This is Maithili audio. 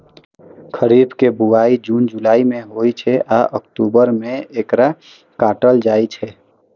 खरीफ के बुआई जुन जुलाई मे होइ छै आ अक्टूबर मे एकरा काटल जाइ छै